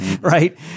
right